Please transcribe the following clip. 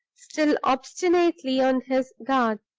still obstinately on his guard.